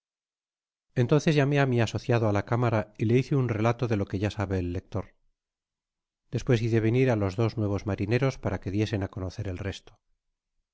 ees llamé á mi asociado á la cámara y le hice ún relato de lo que ya sabe el lector despues hice venir á los dos nuevos marineros para que diesen á conocer el resto